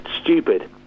stupid